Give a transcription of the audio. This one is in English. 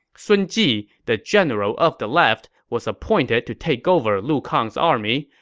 sun ji, the general of the left, was appointed to take over lu kang's army,